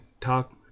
talk